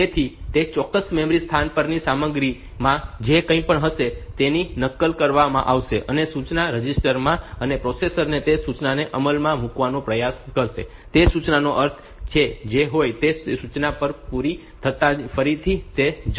તેથી તે ચોક્કસ મેમરી સ્થાન પરની સામગ્રીમાં જે કંઈપણ હશે તેની નકલ કરવામાં આવશે અને સૂચના રજિસ્ટર માં અને પ્રોસેસર તે સૂચનાને અમલમાં મૂકવાનો પ્રયાસ કરશે તે સૂચનાનો અર્થ જે પણ હોય તે પછી તે સૂચના પૂરી થતાં જ ફરીથી તે થઈ જશે